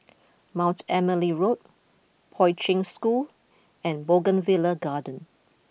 Mount Emily Road Poi Ching School and Bougainvillea Garden